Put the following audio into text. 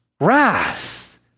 wrath